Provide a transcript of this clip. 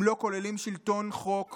הם לא כוללים שלטון חוק